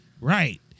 Right